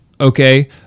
Okay